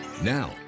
Now